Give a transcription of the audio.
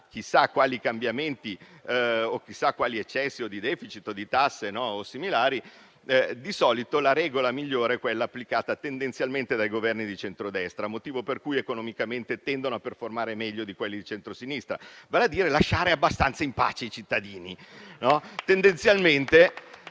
chissà quali cambiamenti o chissà quali eccessi di *deficit* o di tasse, o similari, la regola migliore è quella applicata tendenzialmente dai Governi di centrodestra; motivo per cui economicamente tendono a performare meglio di quelli del centrosinistra, vale a dire lasciare abbastanza in pace i cittadini.